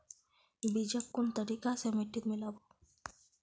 बीजक कुन तरिका स मिट्टीत मिला बो